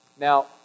Now